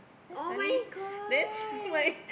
[oh]-my-god